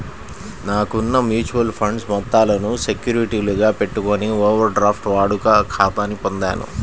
నాకున్న mutual funds మొత్తాలను సెక్యూరిటీలుగా పెట్టుకొని ఓవర్ డ్రాఫ్ట్ వాడుక ఖాతాని పొందాను